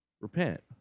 Repent